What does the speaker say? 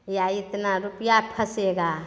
या इतना रुपैआ फँसेगा